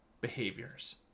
behaviors